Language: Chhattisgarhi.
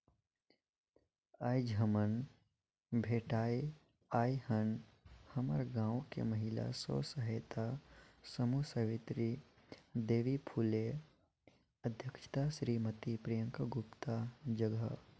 आयज हमन भेटाय आय हन हमर गांव के महिला स्व सहायता समूह सवित्री देवी फूले अध्यक्छता सिरीमती प्रियंका गुप्ता जघा